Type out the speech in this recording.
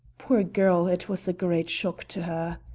poor girl, it was a great shock to her.